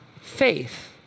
faith